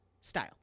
style